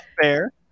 fair